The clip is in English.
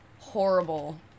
horrible